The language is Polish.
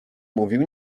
mówił